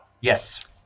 Yes